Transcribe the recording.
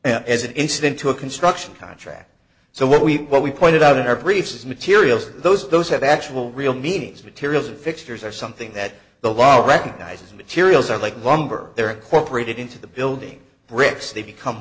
thereof as an incident to a construction contract so what we what we pointed out in our briefs is materials those those have actual real meanings materials of fixtures or something that the wall recognizes materials or like lumber or cooperated into the building bricks they become